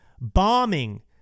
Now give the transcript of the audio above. bombing